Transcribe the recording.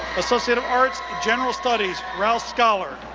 associate of arts, general studies, rouse scholar.